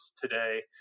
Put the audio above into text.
today